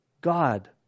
God